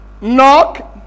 Knock